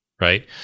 right